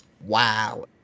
Wow